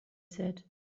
said